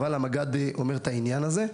אבל המג"ד אומר את העניין הזה.